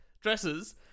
dresses